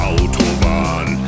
Autobahn